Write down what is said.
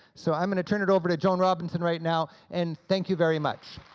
so i'm going to turn it over to john robinson right now, and thank you very much,